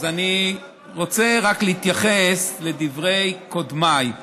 אני רוצה רק להתייחס לדברי קודמיי,